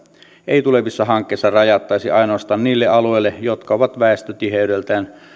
ei tulevissa hankkeissa rajattaisi ainoastaan niille alueille jotka ovat väestötiheydeltään